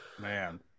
Man